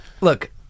look